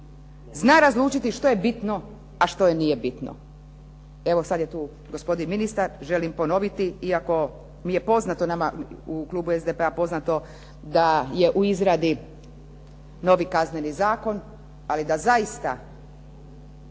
zna razlučiti što je bitno, a što nije bitno. Evo sad je tu gospodin ministar, želim ponoviti iako mi je poznato nama u klubu SDP-a poznato da je u izradi novi Kazneni zakon. Ali da zaista